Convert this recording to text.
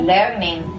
Learning